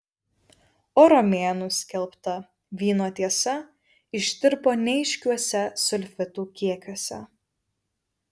o romėnų skelbta vyno tiesa ištirpo neaiškiuose sulfitų kiekiuose